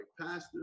pastor